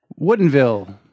Woodenville